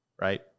right